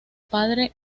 padre